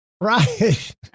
Right